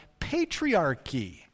patriarchy